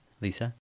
Lisa